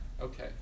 Okay